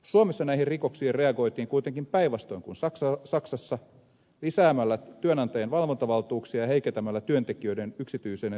suomessa näihin rikoksiin reagoitiin kuitenkin päinvastoin kuin saksassa lisäämällä työnantajan valvontavaltuuksia ja heikentämällä työntekijöiden yksityisyyden suojaa ja tietoturvaa